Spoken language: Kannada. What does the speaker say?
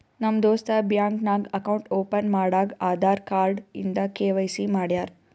ನಮ್ ದೋಸ್ತ ಬ್ಯಾಂಕ್ ನಾಗ್ ಅಕೌಂಟ್ ಓಪನ್ ಮಾಡಾಗ್ ಆಧಾರ್ ಕಾರ್ಡ್ ಇಂದ ಕೆ.ವೈ.ಸಿ ಮಾಡ್ಯಾರ್